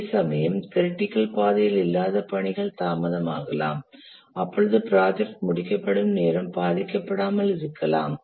அதேசமயம் க்ரிட்டிக்கல் பாதையில் இல்லாத பணிகள் தாமதமாகலாம் அப்பொழுது ப்ராஜெக்ட் முடிக்கப்படும் நேரம் பாதிக்கப்படாமல் இருக்கலாம்